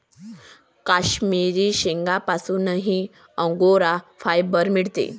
काश्मिरी शेळ्यांपासूनही angora fibre मिळते